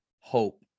hope